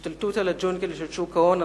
השתלטות על הג'ונגל של שוק ההון.